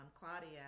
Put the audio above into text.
Claudia